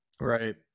Right